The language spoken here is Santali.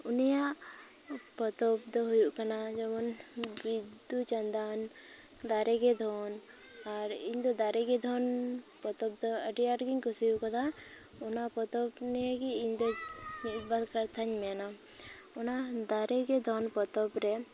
ᱩᱱᱤᱭᱟᱜ ᱯᱚᱛᱚᱵ ᱫᱚ ᱦᱩᱭᱩᱜ ᱠᱟᱱᱟ ᱡᱮᱢᱚᱱ ᱵᱤᱫᱩ ᱪᱟᱸᱫᱟᱱ ᱫᱟᱨᱮ ᱜᱮ ᱫᱷᱚᱱ ᱟᱨ ᱤᱧ ᱫᱚ ᱫᱟᱨᱮ ᱜᱮ ᱫᱷᱚᱱ ᱯᱚᱛᱚᱵ ᱫᱚ ᱟᱰᱤ ᱟᱸᱴ ᱜᱮᱧ ᱠᱩᱥᱤ ᱟᱠᱟᱫᱟ ᱚᱱᱟ ᱯᱚᱛᱚᱵ ᱱᱤᱭᱮᱜᱮ ᱤᱧ ᱫᱚ ᱢᱤᱫ ᱵᱟᱨ ᱠᱟᱛᱷᱟᱧ ᱢᱮᱱᱟ ᱚᱱᱟ ᱫᱟᱨᱮ ᱜᱮ ᱫᱷᱚᱱ ᱯᱚᱛᱚᱵ ᱨᱮ